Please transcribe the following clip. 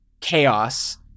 chaos